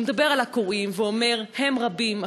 הוא מדבר על הקוראים ואומר: "הם היו רבים,